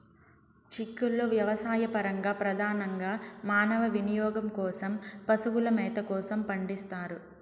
చిక్కుళ్ళు వ్యవసాయపరంగా, ప్రధానంగా మానవ వినియోగం కోసం, పశువుల మేత కోసం పండిస్తారు